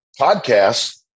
podcast